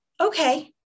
okay